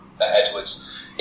Edwards